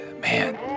man